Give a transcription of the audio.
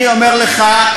אני אומר לך,